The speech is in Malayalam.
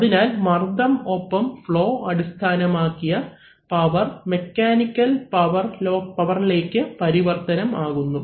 അതിനാൽ മർദ്ദം ഒപ്പം ഫ്ളോ അടിസ്ഥാനമാക്കിയ പവർ മെക്കാനിക്കൽ പവർലേക്ക് പരിവർത്തനം ആകുന്നു